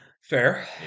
Fair